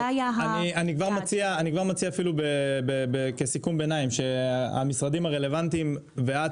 אני כבר מציע כסיכום ביניים שהמשרדים הרלבנטיים ואת